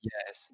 Yes